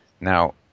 Now